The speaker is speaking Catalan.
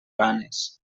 ranes